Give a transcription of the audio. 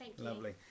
lovely